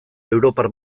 europar